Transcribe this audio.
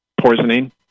poisoning